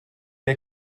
der